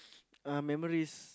uh memories